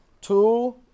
two